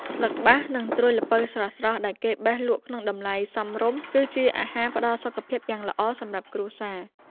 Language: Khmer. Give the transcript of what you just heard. ស្លឹកបាស និងត្រួយល្ពៅស្រស់ៗដែលគេបេះលក់ក្នុងតម្លៃសមរម្យ គឺជាអាហារផ្ដល់សុខភាពយ៉ាងល្អសម្រាប់គ្រួសារ។